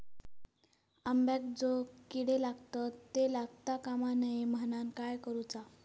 अंब्यांका जो किडे लागतत ते लागता कमा नये म्हनाण काय करूचा?